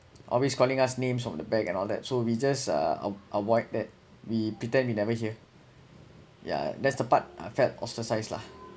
always calling us names from the back and all that so we just uh avoid that we pretend we never hear yeah that's the part I felt ostracized lah